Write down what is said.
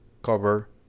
cover